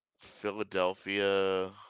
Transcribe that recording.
Philadelphia